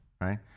right